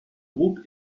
groupe